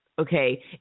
Okay